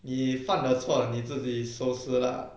你犯的错了你自己收拾 lah